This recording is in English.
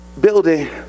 building